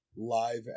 Live